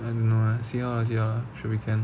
I don't know lah see how lah see how should be can